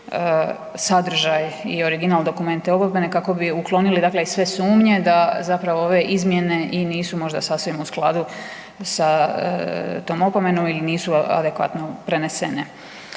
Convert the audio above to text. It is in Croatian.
sadržaj i original dokument .../Govornik se ne razumije./... kako bi uklonili sve sumnje da zapravo ove izmjene i nisu možda sasvim u skladu sa tom opomenom i nisu adekvatno prenesene.